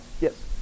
Yes